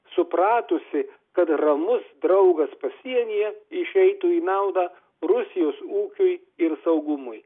supratusi kad ramus draugas pasienyje išeitų į naudą rusijos ūkiui ir saugumui